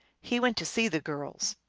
he went to see the girls.